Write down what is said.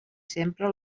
sempre